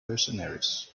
mercenaries